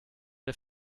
der